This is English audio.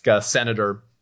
Senator